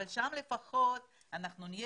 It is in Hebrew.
אבל שם לפחות אנחנו נהיה